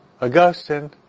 Augustine